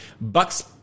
Bucks